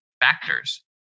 factors